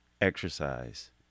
exercise